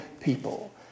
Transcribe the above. people